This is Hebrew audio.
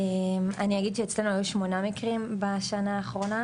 אני אגיד שאצלנו היו שמונה מקרים בשנה האחרונה.